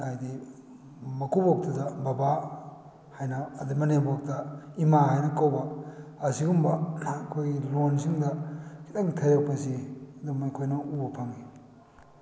ꯍꯥꯏꯗꯤ ꯃꯀꯨꯕꯣꯛꯇꯨꯗ ꯕꯕꯥ ꯍꯥꯏꯅ ꯑꯗꯩ ꯃꯅꯦꯝꯕꯣꯛꯇ ꯏꯃꯥ ꯍꯥꯏꯅ ꯀꯧꯕ ꯑꯁꯤꯒꯨꯝꯕ ꯑꯩꯍꯣꯏꯒꯤ ꯂꯣꯟꯁꯤꯡꯗ ꯈꯤꯇꯪ ꯊꯩꯔꯛꯄꯁꯤ ꯑꯗꯨꯝ ꯑꯩꯈꯣꯏꯅ ꯎꯕ ꯐꯪꯏ